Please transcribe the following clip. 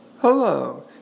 Hello